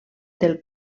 del